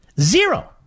Zero